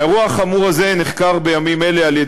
האירוע החמור הזה נחקר בימים אלה על-ידי